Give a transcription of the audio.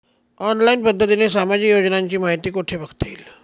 Online पद्धतीने सामाजिक योजनांची माहिती कुठे बघता येईल?